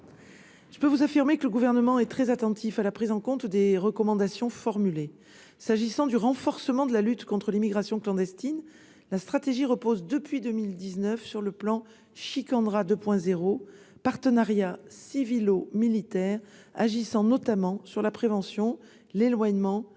je peux vous affirmer que le Gouvernement est très attentif à la prise en compte des recommandations formulées. S'agissant du renforcement de la lutte contre l'immigration clandestine, la stratégie repose, depuis 2019, sur le plan Shikandra 2.0, partenariat civilo-militaire agissant notamment sur la prévention, l'éloignement,